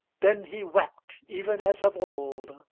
then he wept, even as of old,